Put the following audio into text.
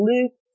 Luke